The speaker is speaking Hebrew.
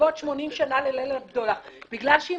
בעקבות 80 שנה לליל הבדולח - בגלל שהיא